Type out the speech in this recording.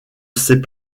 ces